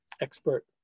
expert